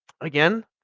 again